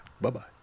Bye-bye